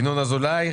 ינון אזולאי,